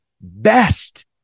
best